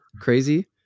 crazy